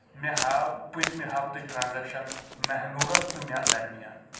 مےٚ ہاو پٔتمہِ ہفتٕچ ٹرانزیکشن میہنوٗرس تہٕ مےٚ درمیان